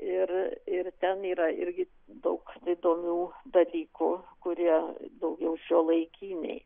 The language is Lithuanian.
ir ir ten yra irgi daug įdomių dalykų kurie daugiau šiuolaikiniai